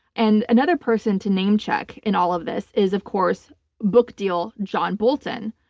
and another person to name-check in all of this is of course book deal john bolton,